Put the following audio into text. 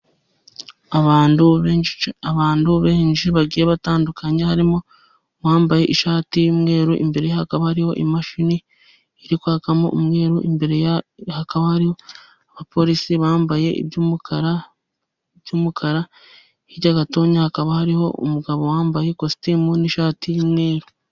Abantu benshi bagiye batandukanye harimo uwambaye ishati y'umweru, imbere ye hakaba hariho imashini iri kwakamo umweru, imbere hakaba hariho abapolisi bambaye iby'umukara, hirya gato hakaba hariho umugabo wambaye ikositimu n'ishati y'umweru.